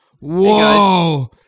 Whoa